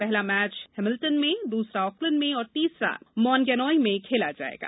पहला match Hamilton में दूसरा ऑकलैंड में और तीसरा मॉन्गैनोई में खेला जायेगा